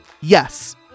Yes